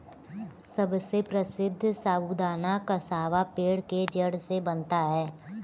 सबसे प्रसिद्ध साबूदाना कसावा पेड़ के जड़ से बनता है